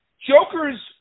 Joker's